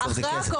בסוף זה כסף,